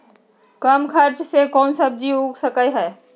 कम खर्च मे कौन सब्जी उग सकल ह?